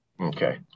Okay